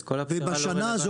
אז כל ה- -- לא רלוונטית.